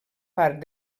part